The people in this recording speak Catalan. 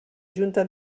junta